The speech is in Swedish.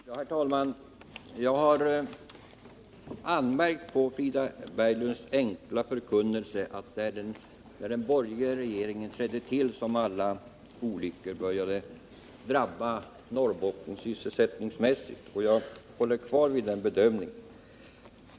Herr talman! Jag har anmärkt på Frida Berglunds enkla förkunnelse, att det var när den borgerliga regeringen trädde till som alla olyckor började drabba Norrbotten sysselsättningsmässigt, och jag står fast vid detta.